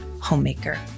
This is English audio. HOMEMAKER